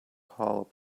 paul